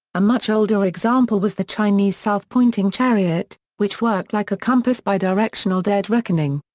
a much older example was the chinese south-pointing chariot, which worked like a compass by directional dead reckoning.